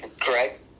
Correct